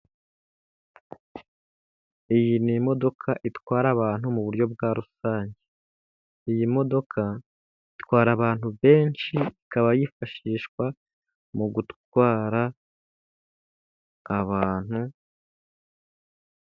Iyi ni imodoka itwara abantu mu buryo bwa rusange. Iyi imodoka itwara abantu benshi, ikaba yifashishwa mu gutwara abantu.